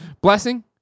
Blessing